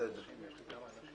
הצבעה בעד סעיף 6 2 נגד,